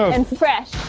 and fresh.